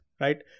right